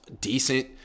decent